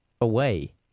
away